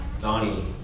Donnie